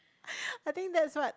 I think that's what